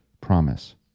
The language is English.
promise